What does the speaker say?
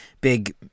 big